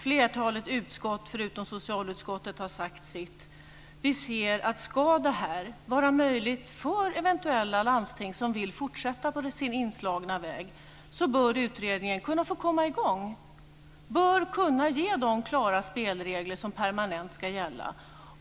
Flertalet utskott förutom socialutskottet har sagt sitt. Vi ser att om det ska vara möjligt för de landsting som eventuellt vill att fortsätta på sin inslagna väg bör utredningen komma i gång. Den bör kunna ge de klara spelregler som permanent ska gälla.